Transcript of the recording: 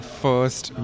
first